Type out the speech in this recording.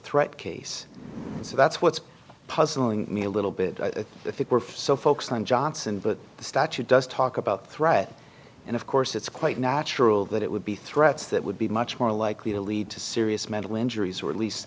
threat case so that's what's puzzling me a little bit if it were so focused on johnson but the statute does talk about threat and of course it's quite natural that it would be threats that would be much more likely to lead to serious